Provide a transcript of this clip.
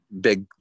big